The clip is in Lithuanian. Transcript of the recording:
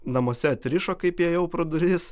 namuose atrišo kaip įėjau pro duris